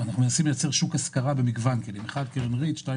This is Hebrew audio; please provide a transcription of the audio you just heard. לייצר שוק השכרה במגוון כלים.